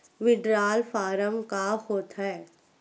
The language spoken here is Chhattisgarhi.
विड्राल फारम का होथेय